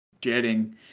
jetting